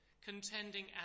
contending